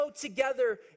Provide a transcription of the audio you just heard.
together